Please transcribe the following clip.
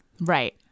Right